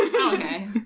Okay